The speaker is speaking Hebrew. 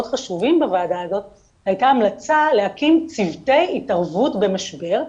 חשובים בוועדה הזאת הייתה המלצה להקים צוותי התערבות במשבר,